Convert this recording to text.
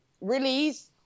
release